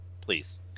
Please